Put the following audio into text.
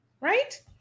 Right